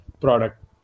product